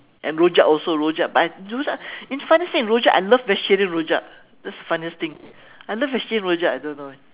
and rojak also rojak but rojak and the funniest thing rojak I love vegetarian rojak that's the funniest thing I love vegetarian rojak I don't know why